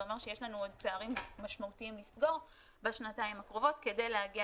זה אומר שיש לנו עוד פערים משמעותיים לסגור בשנתיים הקרובות כדי להגיע